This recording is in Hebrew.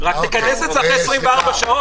תכנס את זה אחרי 24 שעות.